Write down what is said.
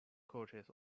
coaches